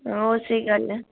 हां ओह् स्हेई गल्ल ऐ